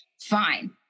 fine